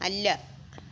അല്ല